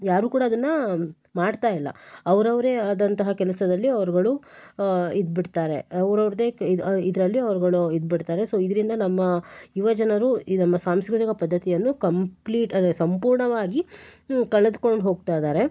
ಯಾರು ಕೂಡ ಅದನ್ನ ಮಾಡ್ತಾ ಇಲ್ಲ ಅವ್ರವರೇ ಆದಂತಹ ಕೆಲಸದಲ್ಲಿ ಅವರುಗಳು ಇದ್ಬಿಡ್ತಾರೆ ಅವ್ರವರದ್ದೇ ಇದು ಇದರಲ್ಲಿ ಅವ್ರುಗಳು ಇದ್ಬಿಡ್ತಾರೆ ಸೊ ಇದರಿಂದ ನಮ್ಮ ಯುವ ಜನರು ಈ ನಮ್ಮ ಸಾಂಸ್ಕ್ರತಿಕ ಪದ್ಧತಿಯನ್ನು ಕಂಪ್ಲೀಟ್ ಅಂದರೆ ಸಂಪೂರ್ಣವಾಗಿ ಕಳದ್ಕೊಂಡು ಹೋಗ್ತಾ ಇದಾರೆ